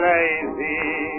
Lazy